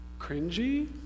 cringy